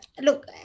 look